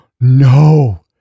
No